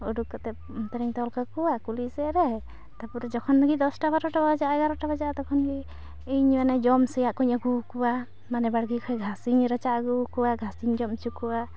ᱚᱰᱳᱠ ᱠᱟᱛᱮᱫ ᱚᱱᱛᱮᱨᱮᱧ ᱛᱚᱞ ᱠᱚᱣᱟ ᱠᱩᱞᱦᱤ ᱥᱮᱫᱨᱮ ᱛᱟᱯᱚᱨᱮ ᱡᱚᱠᱷᱚᱱᱜᱮ ᱫᱚᱥᱴᱟ ᱵᱟᱨᱚᱴᱟ ᱮᱜᱟᱨᱚᱴᱟ ᱵᱟᱡᱟᱜᱼᱟ ᱛᱚᱠᱷᱚᱱᱜᱮ ᱤᱧᱢᱮᱱᱟ ᱡᱚᱢ ᱥᱮᱭᱟᱜᱠᱚᱧ ᱟᱹᱜᱩ ᱟᱠᱚᱣᱟ ᱢᱟᱱᱮ ᱵᱟᱲᱜᱮ ᱠᱷᱚᱡ ᱜᱷᱟᱥᱤᱧ ᱨᱟᱪᱟᱜ ᱟᱜᱩ ᱟᱠᱚᱣᱟ ᱜᱷᱟᱥᱤᱧ ᱡᱚᱢ ᱚᱪᱚᱠᱚᱣᱟ